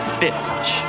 bitch